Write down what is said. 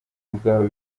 bwawe